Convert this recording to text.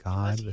God